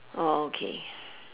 oh okay